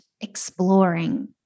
exploring